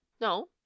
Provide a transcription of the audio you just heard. No